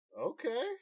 Okay